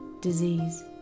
disease